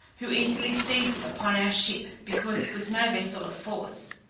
who easily seized upon our ship, because it was no vessel of force.